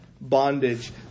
bondage